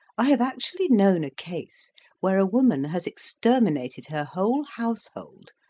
i have actually known a case where a woman has exterminated her whole household,